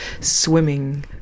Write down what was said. swimming